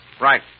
right